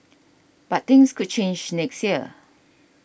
but things could change next year